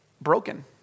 broken